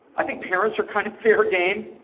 i think parents are kind of fair game.